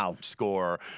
score